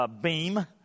beam